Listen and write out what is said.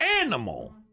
animal